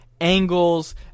angles